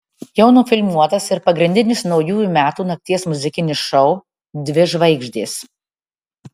jau nufilmuotas ir pagrindinis naujųjų metų nakties muzikinis šou dvi žvaigždės